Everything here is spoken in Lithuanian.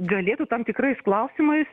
galėtų tam tikrais klausimais